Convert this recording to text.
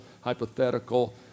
hypothetical